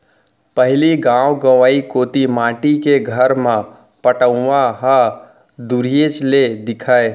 पहिली गॉव गँवई कोती माटी के घर म पटउहॉं ह दुरिहेच ले दिखय